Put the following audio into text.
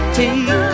take